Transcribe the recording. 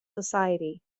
society